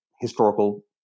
historical